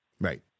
Right